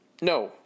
No